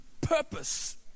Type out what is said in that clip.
purpose